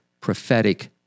prophetic